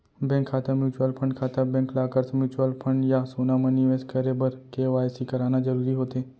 bank खाता, mutual fund खाता, bank lockers, mutual fund या सोना म निवेस करे बर के.वाई.सी कराना जरूरी होथे